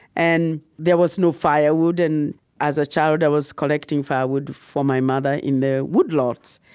and there was no firewood, and as a child, i was collecting firewood for my mother in the wood lots,